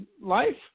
life